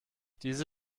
diese